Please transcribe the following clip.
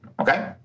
okay